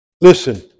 Listen